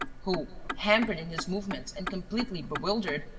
who, hampered in his movements and completely bewildered,